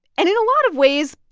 and in a lot of ways,